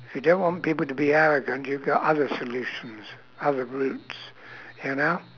if you don't want people to be arrogant you've got other solutions other groups you know